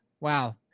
wow